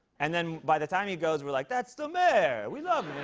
and then, by the time he goes, we're like, that's the mayor. we love